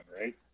right